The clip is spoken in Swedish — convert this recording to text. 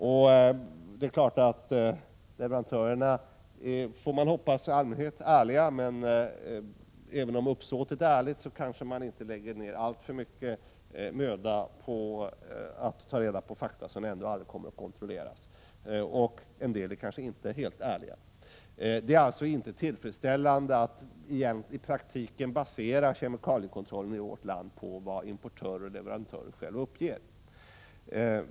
Man får hoppas att leverantörerna i allmänhet är ärliga, men även om uppsåtet är ärligt kanske man inte lägger ned alltför mycken möda på att ta reda på fakta som ändå aldrig kommer att kontrolleras. En del är kanske inte heller helt ärliga. Det är alltså inte tillfredsställande att i praktiken basera kemikaliekontrollen i vårt land på vad importörer och leverantörer själva uppger.